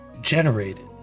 generated